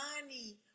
money